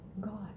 god